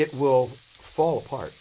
it will fall apart